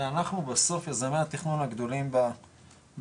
הרי אנחנו בסוף יזמי התכנון הגדולים בארץ,